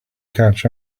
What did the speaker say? catch